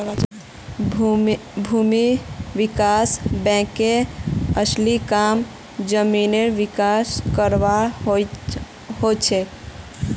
भूमि विकास बैंकेर असली काम जमीनेर विकास करवार हछेक